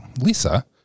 Lisa